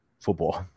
football